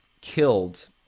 killed